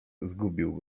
zgubił